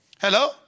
Hello